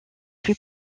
plus